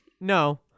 No